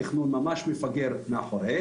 התכנון ממש מפגר מאחור.